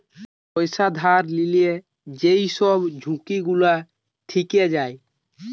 পয়সা ধার লিলে যেই সব ঝুঁকি গুলা থিকে যায়